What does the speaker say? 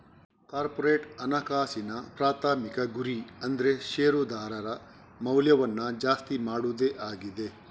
corporate ಹಣಕಾಸಿನ ಪ್ರಾಥಮಿಕ ಗುರಿ ಅಂದ್ರೆ ಶೇರುದಾರರ ಮೌಲ್ಯವನ್ನ ಜಾಸ್ತಿ ಮಾಡುದೇ ಆಗಿದೆ